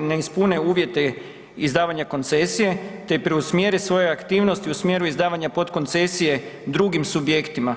ne ispune uvjete izdavanja koncesije te preusmjere svoje aktivnosti u smjeru izdavanja podkoncesije drugim subjektima.